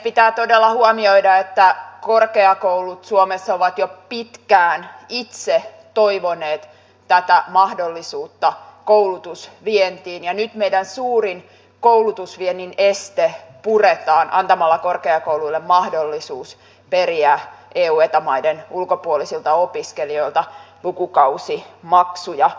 pitää todella huomioida että korkeakoulut suomessa ovat jo pitkään itse toivoneet tätä mahdollisuutta koulutusvientiin ja nyt meidän suurin koulutusviennin esteemme puretaan antamalla korkeakouluille mahdollisuus periä eu ja eta maiden ulkopuolisilta opiskelijoilta lukukausimaksuja